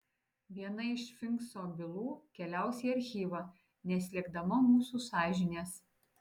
viena iš sfinkso bylų keliaus į archyvą neslėgdama mūsų sąžinės